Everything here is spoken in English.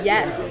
Yes